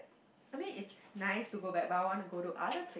I mean it's nice to go back but I wanna go to other